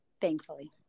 thankfully